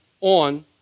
on